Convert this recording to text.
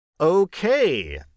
Okay